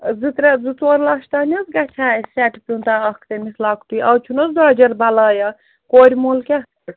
زٕ ترٛےٚ زٕ ژور لَچھ تام حظ گژھِ ہا اَسہِ سٮ۪ٹہٕ پیوٗنٛتَہ اَکھ تٔمِس لۄکٹُے آز چھُ نہٕ حظ درٛۄجَر بَلایَہ کورِ مول کیٛاہ